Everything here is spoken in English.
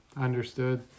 Understood